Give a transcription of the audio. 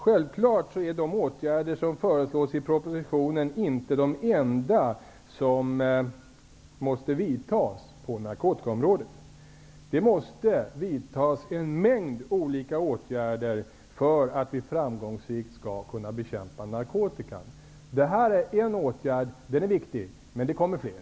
Självfallet är de åtgärder som föreslås i propositionen inte de enda som måste vidtas på narkotikaområdet. Det måste vidtas en mängd olika åtgärder för att vi framgångsrikt skall kunna bekämpa narkotikan. Det här är en åtgärd -- den är viktig, men det kommer fler.